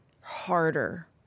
harder